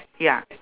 ya